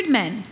men